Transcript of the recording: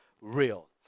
real